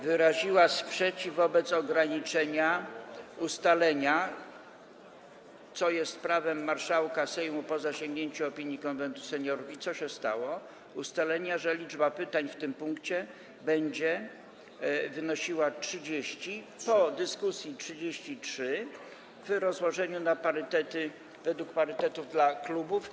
wyraziła sprzeciw wobec ustalenia ograniczenia, co jest prawem marszałka Sejmu, po zasięgnięciu opinii Konwentu Seniorów, i co się stało, ustalenia, że liczba pytań w tym punkcie będzie wynosiła 30, po dyskusji - 33, w rozłożeniu na parytety, według parytetów dla klubów.